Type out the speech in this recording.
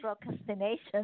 procrastination